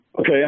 Okay